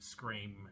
Scream